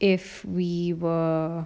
if we were